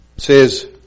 Says